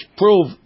prove